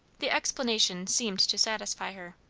the explanation seemed to satisfy her.